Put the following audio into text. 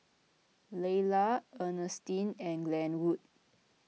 Laylah Earnestine and Glenwood